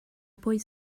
boys